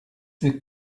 wird